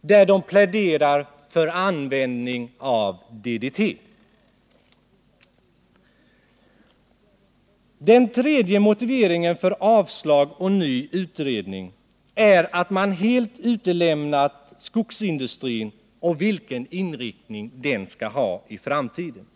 där de pläderar för användning av DDT. Den tredje motiveringen för avslag och ny utredning är att man helt utelämnat skogsindustrin och vilken inriktning den skall ha i framtiden.